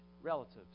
relatives